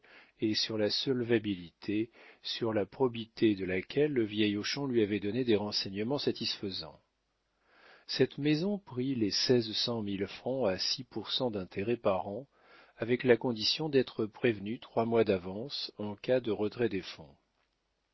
et sur la solvabilité sur la probité de laquelle le vieil hochon lui avait donné des renseignements satisfaisants cette maison prit les seize cent mille francs à six pour cent d'intérêt par an avec la condition d'être prévenue trois mois d'avance en cas de